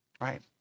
right